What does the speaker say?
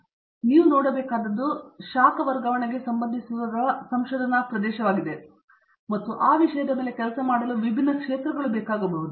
ಏಕೆಂದರೆ ನೀವು ನೋಡಬೇಕಾದದ್ದು ಹೀಟ್ ವರ್ಗಾವಣೆಗೆ ಸಂಬಂಧಿಸಿರುವ ಸಂಶೋಧನಾ ಪ್ರದೇಶವಾಗಿದೆ ಮತ್ತು ಆ ವಿಷಯದ ಮೇಲೆ ಕೆಲಸ ಮಾಡಲು ಅವರಿಗೆ ವಿಭಿನ್ನ ಕ್ಷೇತ್ರಗಳು ಬೇಕಾಗಬಹುದು